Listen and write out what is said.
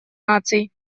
наций